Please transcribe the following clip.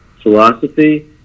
philosophy